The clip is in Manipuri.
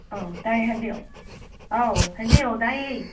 ꯑꯧ ꯇꯥꯏꯌꯦ ꯍꯥꯏꯕꯤꯌꯣ ꯑꯧ ꯍꯥꯏꯕꯤꯌꯣ ꯇꯥꯏꯌꯦ